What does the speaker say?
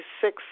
six